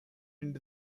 into